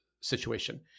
situation